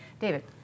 David